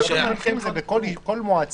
הקווים המנחים הם שבכל מועצה,